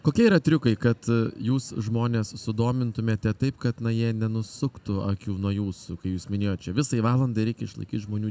kokie yra triukai kad jūs žmones sudomintumėte taip kad na jie nenusuktų akių nuo jūsų kai jūs minėjot čia visai valandai reikia išlaikyt žmonių